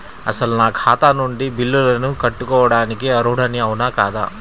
అసలు నా ఖాతా నుండి బిల్లులను కట్టుకోవటానికి అర్హుడని అవునా కాదా?